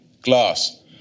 glass